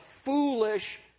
foolish